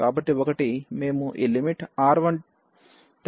కాబట్టి ఒకటి మేము ఈ lim⁡R1→∞ తీసుకుంటాము